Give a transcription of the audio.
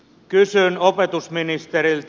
kysyn opetusministeriltä